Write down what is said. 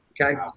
okay